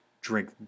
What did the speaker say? drink